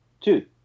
two